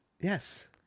Yes